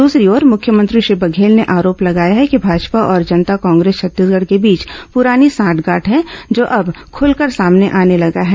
दूसरी ओर मुख्यमंत्री श्री बघेल ने आरोप लगाया है कि भाजपा और जनता कांग्रेस छत्तीसगढ़ के बीच पुरानी सांठगांठ है जो अब खुलकर सामने आने लगा है